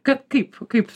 kad kaip kaip